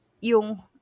yung